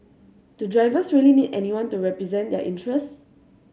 do drivers really need anyone to represent their interests